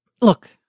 look